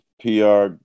PR